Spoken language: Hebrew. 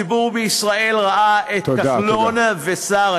הציבור בישראל ראה את כחלון וסער,